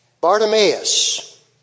Bartimaeus